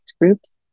groups